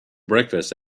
breakfast